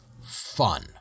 fun